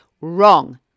wrong